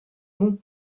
nom